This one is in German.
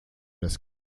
das